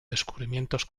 descubrimientos